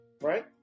right